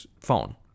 phone